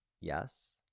Yes